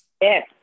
Yes